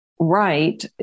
Right